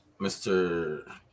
Mr